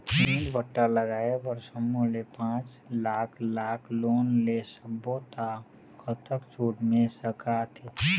ईंट भट्ठा लगाए बर समूह ले पांच लाख लाख़ लोन ले सब्बो ता कतक छूट मिल सका थे?